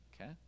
Okay